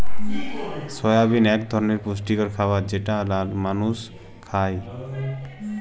সয়াবিল এক ধরলের পুষ্টিকর খাবার যেটা মালুস খায়